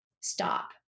stop